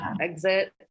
exit